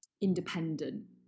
independent